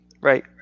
right